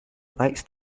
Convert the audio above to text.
likes